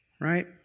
right